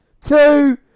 two